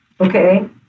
Okay